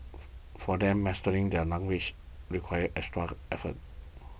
for them mastering the language requires extra effort